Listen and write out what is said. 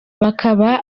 bakaba